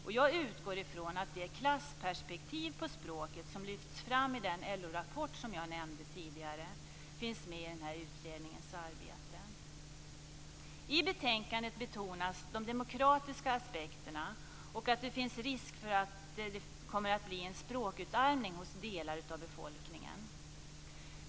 Och jag utgår från att det klassperspektiv på språket som lyfts fram i den LO-rapport som jag nämnde tidigare finns med i utredningens arbete. I betänkandet betonas de demokratiska aspekterna och att det finns risk för en språkutarmning hos delar av befolkningen.